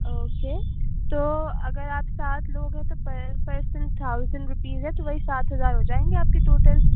okay تو اگر آپ سات لوگ ہیں تو پر پرسن تھاؤزن روپیز ہے تو وہی سات ہزار ہو جائیں گے آپ کے ٹوٹل